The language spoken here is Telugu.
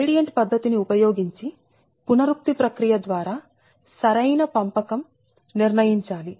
గ్రేడియంట్ పద్ధతి ని ఉపయోగించి పునరుక్తి ప్రక్రియ ద్వారా సరైన పంపకం నిర్ణయించాలి